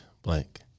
blank